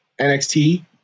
NXT